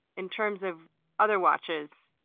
in terms of other watches,